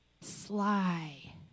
Sly